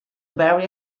very